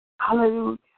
Hallelujah